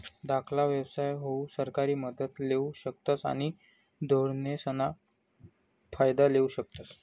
धाकला व्यवसाय हाऊ सरकारी मदत लेवू शकतस आणि धोरणेसना फायदा लेवू शकतस